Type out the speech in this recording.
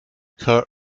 cut